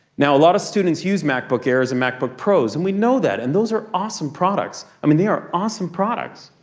now a lot of students use macbook airs and macbook pros, and we know that. and those are awesome products. i mean they are awesome products.